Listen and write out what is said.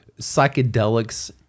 psychedelics